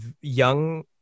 young